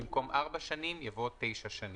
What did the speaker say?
במקום "ארבע שנים" יבוא "תשע שנים".